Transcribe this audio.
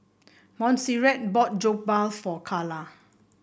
Montserrat bought Jokbal for Charla